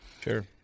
Sure